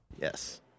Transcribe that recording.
yes